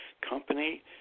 company